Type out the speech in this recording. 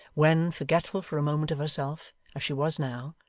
when, forgetful for a moment of herself, as she was now,